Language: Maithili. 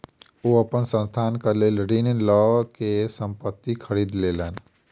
ओ अपन संस्थानक लेल ऋण लअ के संपत्ति खरीद लेलैन